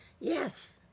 Yes